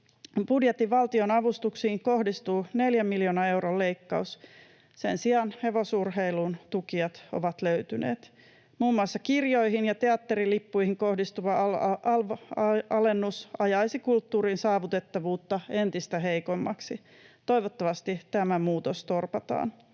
valtionavustuksiin kohdistuu neljän miljoonan euron leikkaus. Sen sijaan hevosurheiluun tukijat ovat löytyneet. Muun muassa kirjoihin ja teatterilippuihin kohdistuva alv-korotus ajaisi kulttuurin saavutettavuutta entistä heikommaksi. Toivottavasti tämä muutos torpataan.